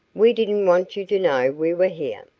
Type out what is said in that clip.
we didn't want you to know we were here.